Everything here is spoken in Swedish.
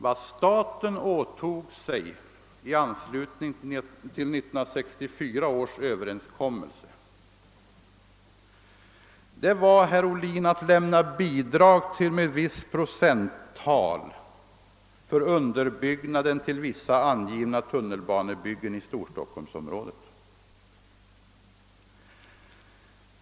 Vad staten åtog sig i anslutning till 1964 års överenskommelse var att lämna bidrag med vissa procent för underbyggnaden till vissa angivna tunnelba nebyggen i Storstockholmsområdet.